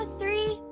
three